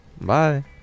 Bye